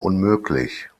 unmöglich